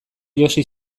josi